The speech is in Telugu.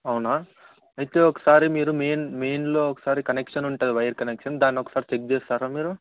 అవునా అయితే ఒకసారి మీరు మెయిన్ మెయిన్లో ఒకసారి కనెక్షన్ ఉంటుంది వైర్ కనెక్షన్ దాన్ని ఒకసారి చేస్తారా మీరు